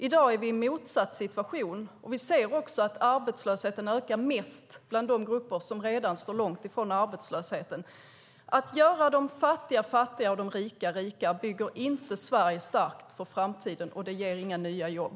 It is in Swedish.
I dag är situationen den motsatta, och vi ser att arbetslösheten ökar mest bland de grupper som står långt från arbetsmarknaden. Att göra de fattiga fattigare och de rika rikare bygger inte Sverige starkt för framtiden, och det ger inga nya jobb.